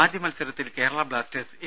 ആദ്യ മത്സരത്തിൽ Kerala Blasters A